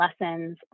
lessons